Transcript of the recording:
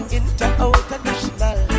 international